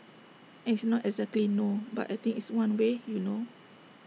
and it's not exactly no but I think it's one way you know